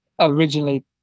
originally